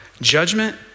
judgment